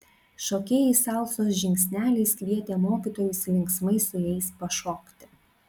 šokėjai salsos žingsneliais kvietė mokytojus linksmai su jais pašokti